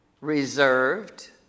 reserved